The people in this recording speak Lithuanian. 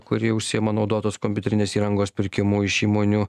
kuri užsiima naudotos kompiuterinės įrangos pirkimu iš įmonių